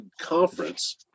conference